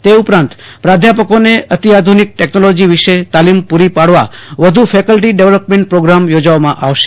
તે ઉપરાંત પ્રાધ્યાપકોને અત્યાધુનિક ટેક્નોલોજી વિશે તાલીમ પૂરી પાડવા વધુ ફેકલ્ટી ડેવલપમેન્ટ પ્રોગ્રામો યોજવામાં આવશે